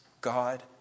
God